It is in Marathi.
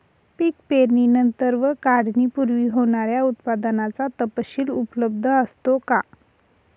पीक पेरणीनंतर व काढणीपूर्वी होणाऱ्या उत्पादनाचा तपशील उपलब्ध असतो का?